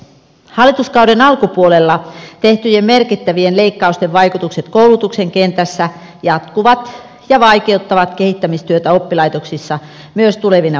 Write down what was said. hallituskauden alkupuolella tehtyjen merkittävien leikkausten vaikutukset koulutuksen kentässä jatkuvat ja vaikeuttavat kehittämistyötä oppilaitoksissa myös tulevina vuosina